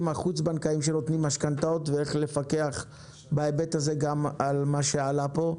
החוץ-בנקאיים שנותנים משכנתאות ואיך לפקח בהיבט הזה גם על מה שעלה פה.